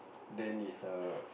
then is a